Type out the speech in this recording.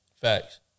Facts